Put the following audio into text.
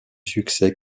succès